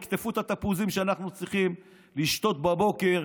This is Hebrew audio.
יקטפו את התפוזים שאנחנו צריכים לשתות מהם בבוקר.